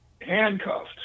handcuffed